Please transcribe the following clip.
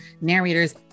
narrators